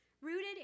rooted